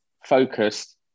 focused